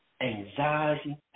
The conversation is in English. anxiety